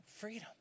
freedom